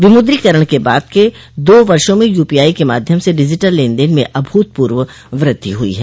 विमुद्रीकरण के बाद के दो वर्षों में यूपीआई के माध्यम से डिजिटल लेन देन में अभूतपूर्व वृद्धि हुई है